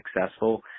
successful